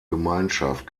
gemeinschaft